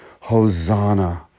hosanna